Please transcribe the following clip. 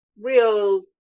real